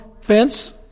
fence